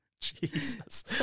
Jesus